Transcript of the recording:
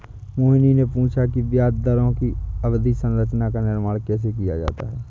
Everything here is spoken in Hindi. मोहिनी ने पूछा कि ब्याज दरों की अवधि संरचना का निर्माण कैसे किया जाता है?